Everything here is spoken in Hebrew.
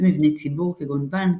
במבני ציבור כגון בנק,